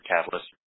catalyst